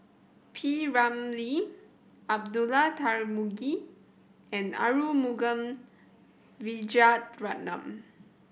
P Ramlee Abdullah Tarmugi and Arumugam Vijiaratnam